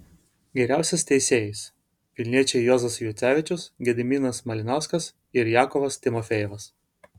geriausiais teisėjais vilniečiai juozas juocevičius gediminas malinauskas ir jakovas timofejevas